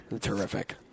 Terrific